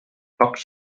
kaks